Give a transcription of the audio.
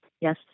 Yes